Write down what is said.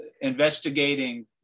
investigating